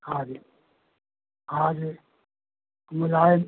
हाँ जी हाँ जी मुलायम